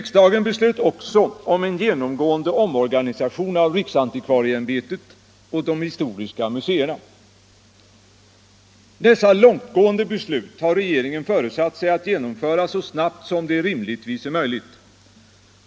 Riksdagen beslöt också en genomgripande omorganisation av riksantikvarieämbetet och de historiska museerna. Dessa långtgående beslut har regeringen föresatt sig att genomföra så snabbt som det rimligtvis är möjligt.